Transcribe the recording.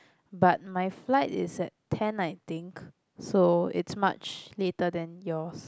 but my flight is at ten I think so it's much later than yours